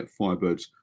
Firebirds